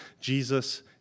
Jesus